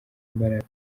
imbaraga